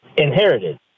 inherited